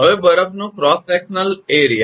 હવે બરફનો cross sectional ક્ષેત્ર